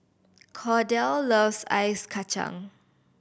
Kordell loves Ice Kachang